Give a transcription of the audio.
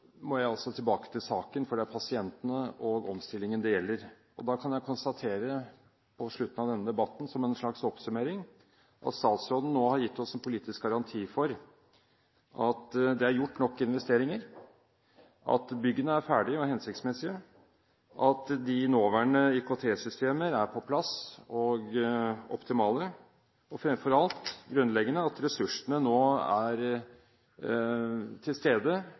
må jeg altså tilbake til saken, for det er pasientene og omstillingen det gjelder. Jeg kan på slutten av denne debatten konstatere som en slags oppsummering at statsråden nå har gitt oss en politisk garanti for at det er gjort nok investeringer, at byggene er ferdige og hensiktsmessige, at IKT-systemer er på plass og optimale, og framfor alt – grunnleggende – at ressursene nå er